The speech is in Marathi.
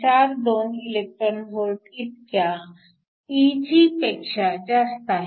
42 eV इतक्या Eg पेक्षा जास्त आहे